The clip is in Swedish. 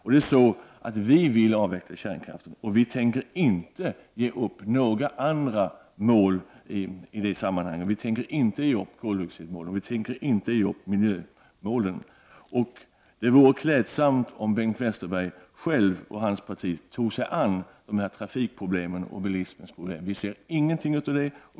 Vi i miljöpartiet vill avveckla kärnkraften, och vi tänker inte ge upp några andra mål i det sammanhanget, inte koldioxidmålet och inte miljömålen. Det vore klädsamt om Bengt Westerberg och hans parti tog sig an trafikproblemen och bilismens problem, men vi ser ingenting av det.